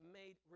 made